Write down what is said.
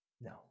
No